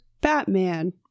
Batman